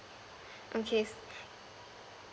okay